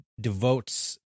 devotes